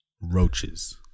Roaches